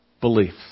beliefs